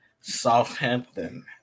Southampton